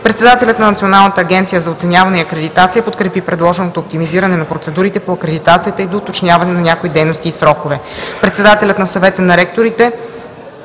Председателят на Националната агенция за оценяване и акредитация подкрепи предложеното оптимизиране на процедурите по акредитацията и доуточняване на някои дейности и срокове.